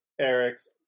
Eric's